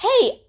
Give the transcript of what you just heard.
hey